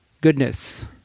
goodness